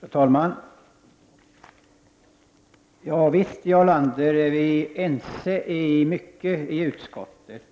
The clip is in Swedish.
Fru talman! Ja visst, Jarl Lander, är vi i utskottet ense om mycket.